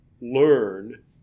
learn